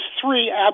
three